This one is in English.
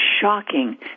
shocking